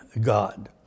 God